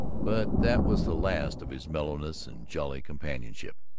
but that was the last of his mellowness and jolly companionship.